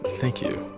thank you.